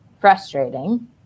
frustrating